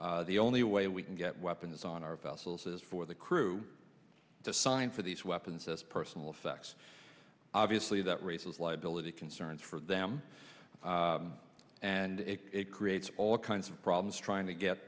vessel the only way we can get weapons on our vessels is for the crew to sign for these weapons as personal sex obviously that raises liability concerns for them and it creates all kinds of problems trying to get